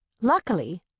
Luckily